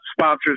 sponsors